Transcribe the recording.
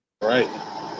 right